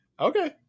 Okay